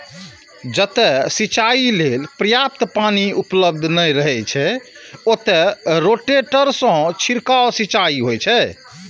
जतय सिंचाइ लेल पर्याप्त पानि उपलब्ध नै रहै छै, ओतय रोटेटर सं छिड़काव सिंचाइ होइ छै